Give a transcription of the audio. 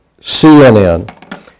CNN